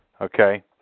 Okay